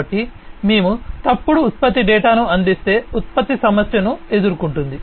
కాబట్టి మేము తప్పుడు ఉత్పత్తి డేటాను అందిస్తే ఉత్పత్తి సమస్యను ఎదుర్కొంటుంది